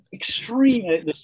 extreme